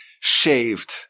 shaved